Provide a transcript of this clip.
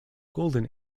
golden